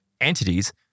entities